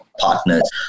partners